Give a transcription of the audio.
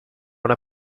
una